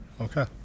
Okay